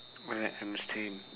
alright understand